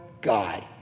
God